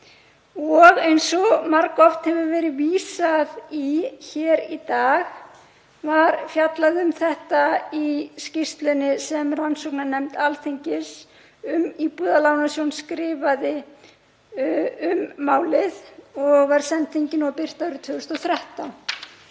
Eins og margoft hefur verið vísað í hér í dag var fjallað um þetta í skýrslunni sem rannsóknarnefnd Alþingis um Íbúðalánasjóð skrifaði um málið og var send þinginu og birt árið 2013.